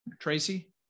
Tracy